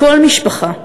לכל משפחה.